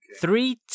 Three